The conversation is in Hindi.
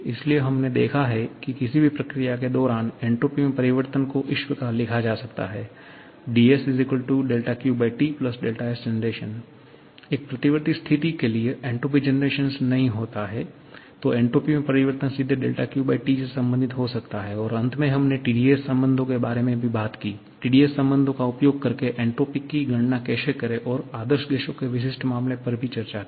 इसलिए हमने देखा है कि किसी भी प्रक्रिया के दौरान एन्ट्रापी में परिवर्तन को इस प्रकार लिखा जा सकता है 𝑑𝑆 𝛿𝑄T Sgen एक प्रतिवर्ती स्थिति के लिए एन्ट्रापी जरनरेशन नहीं होता है तो एन्ट्रापी में परिवर्तन सीधे QT से संबंधित हो सकता है और अंत में हमने TdS संबंधों के बारे में बात की TdSसंबंधों का उपयोग करके एन्ट्रापी की गणना कैसे करें और आदर्श गैसों के विशिष्ट मामले पर भी चर्चा की